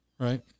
Right